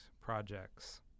projects